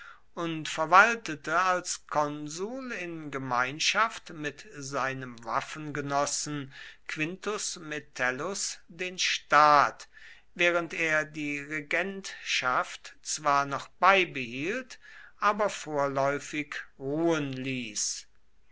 und verwaltete als konsul in gemeinschaft mit seinem waffengenossen quintus metellus den staat während er die regentschaft zwar noch beibehielt aber vorläufig ruhen ließ